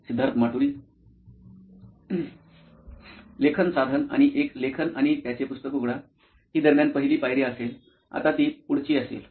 सिद्धार्थ माटुरी मुख्य कार्यकारी अधिकारी नॉइन इलेक्ट्रॉनिक्स लेखन साधन आणि एक लेखन आणि त्याचे पुस्तक उघडा ही 'दरम्यान' ही पहिली पायरी असेल आता ती पुढची असेल